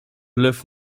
live